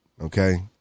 okay